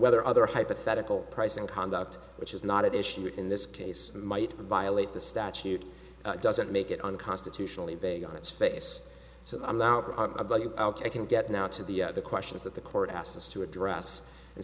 whether other hypothetical pricing conduct which is not at issue in this case might violate the statute doesn't make it unconstitutionally vague on its face so i'm now i can get now to the questions that the court asked us to address and